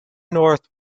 north